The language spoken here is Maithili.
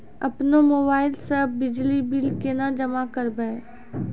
अपनो मोबाइल से बिजली बिल केना जमा करभै?